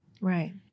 Right